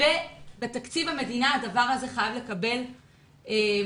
בתקציב המדינה הדבר הזה חייב לקבל ביטוי.